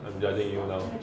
I'm judging you know now